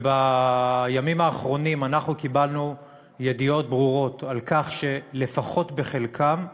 ובימים האחרונים קיבלנו ידיעות ברורות על כך שלפחות בחלקם,